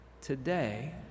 today